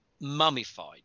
mummified